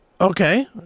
okay